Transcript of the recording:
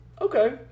Okay